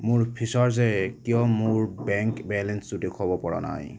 মোৰ ফিচাৰ্চে কিয় মোৰ বেংক বেলেঞ্চটো দেখুৱাব পৰা নাই